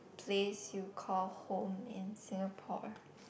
place you call home in Singapore